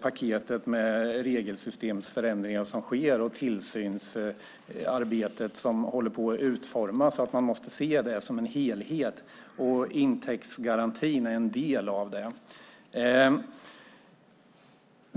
paketet med de regelsystemsförändringar som sker och det tillsynsarbete som man håller på att utforma. Det måste ses som en helhet. Intäktsgarantin är en del av det.